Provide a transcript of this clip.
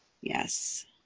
Yes